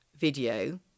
video